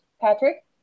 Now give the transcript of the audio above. patrick